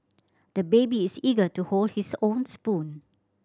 the baby is eager to hold his own spoon